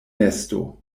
nesto